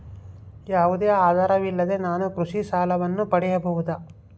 ಯಾವುದೇ ಆಧಾರವಿಲ್ಲದೆ ನಾನು ಕೃಷಿ ಸಾಲವನ್ನು ಪಡೆಯಬಹುದಾ?